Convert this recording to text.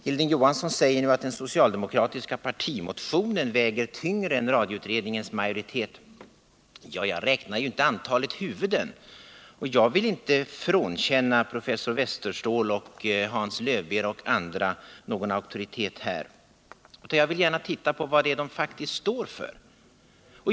Hilding Johansson säger nu att den socialdemokratiska partimotionen väger tyngre än radioutredningens majoritet. Ja, jag räknar inte antalet huvuden, men jag vill inte frånkänna Jörgen Westerståhl, Hans Löwbeer och andra någon auktoritet, utan jag vill gärna titta på vad de faktiskt står för.